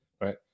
right